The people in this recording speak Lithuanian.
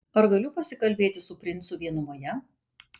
ar galiu pasikalbėti su princu vienumoje